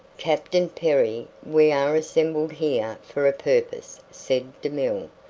captain perry, we are assembled here for a purpose, said demille,